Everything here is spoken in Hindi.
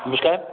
हाँ जी सर